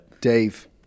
Dave